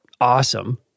awesome